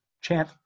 chant